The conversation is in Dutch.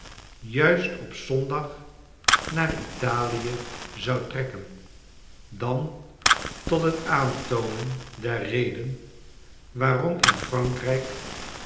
juist op zondag naar a i e zou trekken dan tot het aantoonen der reden waarom in frankrijk